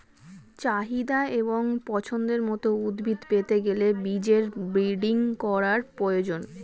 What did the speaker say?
চাহিদা এবং পছন্দের মত উদ্ভিদ পেতে গেলে বীজের ব্রিডিং করার প্রয়োজন